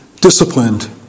disciplined